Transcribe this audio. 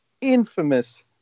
infamous